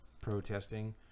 protesting